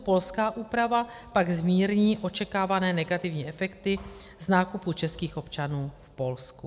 Polská úprava pak zmírní očekávané negativní efekty z nákupu českých občanů v Polsku.